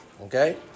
Okay